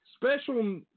special